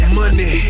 money